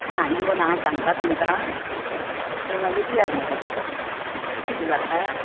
ना येवन हांव सांगतां तुमकां तुमी मागीर दियात म्हाका तशें तशें जाता